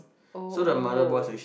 oh oh